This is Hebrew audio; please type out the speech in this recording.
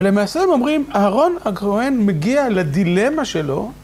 למעשה, הם אומרים, אהרון הכהן מגיע לדילמה שלו.